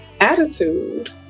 attitude